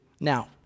now